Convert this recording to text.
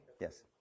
Yes